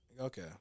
Okay